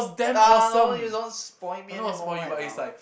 !ah! no you don't spoil me anymore right now